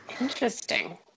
interesting